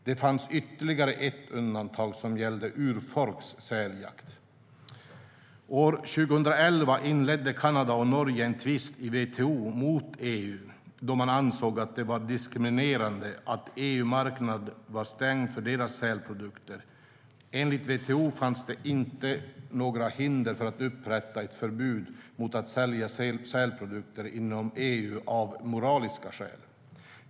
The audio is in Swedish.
Det fanns ytterligare ett undantag som gällde urfolks säljakt. År 2011 inledde Kanada och Norge en tvist i WTO mot EU, då man ansåg att det var diskriminerande att EU:s marknad var stängd för deras sälprodukter. Enligt WTO fanns det inte några hinder för att upprätta ett förbud mot att sälja sälprodukter inom EU av moraliska skäl.